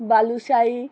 balushahi